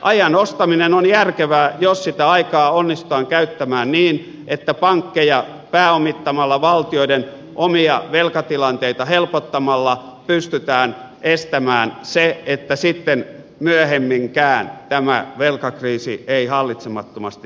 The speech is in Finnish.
ajan ostaminen on järkevää jos sitä aikaa onnistutaan käyttämään niin että pankkeja pääomittamalla valtioiden omia velkatilanteita helpottamalla pystytään estämään se että sitten myöhemminkään tämä velkakriisi ei hallitsemattomasti leviäisi